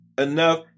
enough